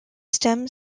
stem